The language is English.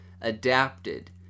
adapted